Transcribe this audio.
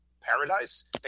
paradise